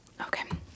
Okay